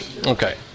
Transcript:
Okay